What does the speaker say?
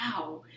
wow